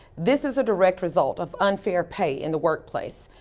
this is a directed result of unfair pay in the workplace.